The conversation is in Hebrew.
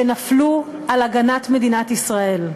שנפלו על הגנת מדינת ישראל.